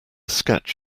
sketch